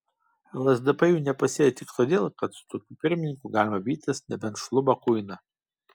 lsdp jų nepasiveja tik todėl kad su tokiu pirmininku galima vytis nebent šlubą kuiną